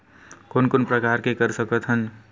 कोन कोन प्रकार के कर सकथ हन?